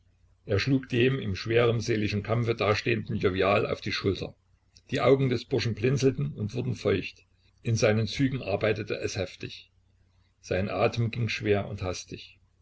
er schlug dem in schwerem seelischen kampf dastehenden jovial auf die schulter die augen des burschen blinzelten und wurden feucht in seinen zügen arbeitete es heftig sein atem ging schwer und hastig